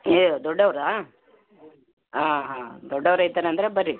ಏ ದೊಡ್ಡವರಾ ಆಂ ಹಾಂ ದೊಡ್ಡವ್ರು ಐತನ್ ಅಂದರೆ ಬನ್ರಿ